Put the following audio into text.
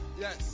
Yes